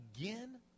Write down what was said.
again